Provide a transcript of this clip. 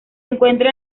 encuentra